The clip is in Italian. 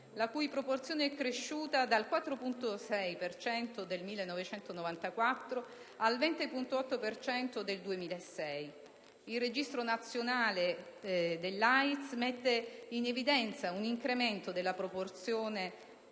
la cui proporzione è cresciuta dal 4,6 per cento del 1994 al 20,8 per cento del 2006. Il Registro nazionale dell'AIDS mette in evidenza un incremento della proporzione